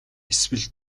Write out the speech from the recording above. эсвэл